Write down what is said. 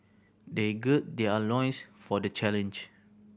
they gird their loins for the challenge